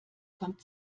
kommt